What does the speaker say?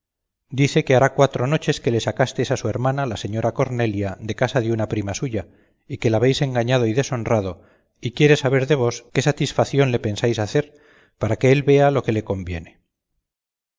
dice que habrá cuatro noches que le sacastes a su hermana la señora cornelia de casa de una prima suya y que la habéis engañado y deshonrado y quiere saber de vos qué satisfación le pensáis hacer para que él vea lo que le conviene